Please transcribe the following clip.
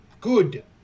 good